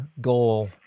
goal